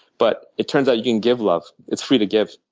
but it turns out you can give love. it's free to give.